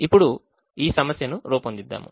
ఇప్పుడు ఈ సమస్యను రూపొందిద్దాం